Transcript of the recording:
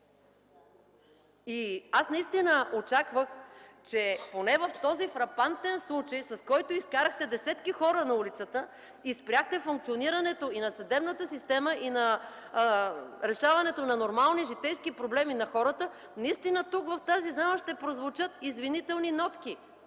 от ГЕРБ! Аз очаквах, че поне в този фрапантен случай, с който изкарахте десетки хора на улицата, спряхте функционирането и на съдебната система, и на решаването на нормални житейски проблеми на хората, наистина тук в тази зала ще прозвучат извинителни нотки.